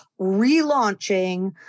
relaunching